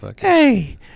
Hey